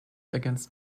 against